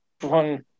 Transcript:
one